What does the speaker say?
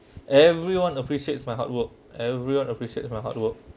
everyone appreciates my hard work everyone appreciates my hard work